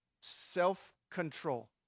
Self-control